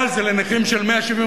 אבל זה לנכים של 175%,